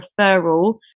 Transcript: referral